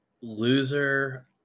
Loser